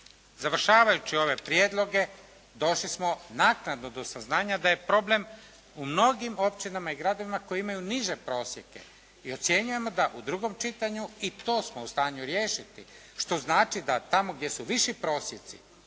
Završavajući ove prijedloge došli smo naknadno do saznanja da je problem u mnogim općinama i gradovima koji imaju niže prosjeke i ocjenjujemo da u drugom čitanju i to smo u stanju riješiti, što znači da tamo gdje su viši prosjeci